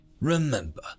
remember